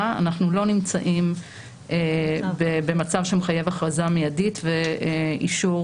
אנחנו לא נמצאים במצב שמחייב הכרזה מיידית ואישור.